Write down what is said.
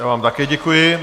Já vám také děkuji.